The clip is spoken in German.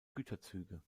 güterzüge